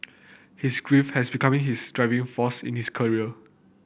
his grief has becoming his driving force in his career